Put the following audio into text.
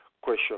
question